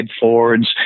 Fords